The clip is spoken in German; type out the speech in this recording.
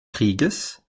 kriegs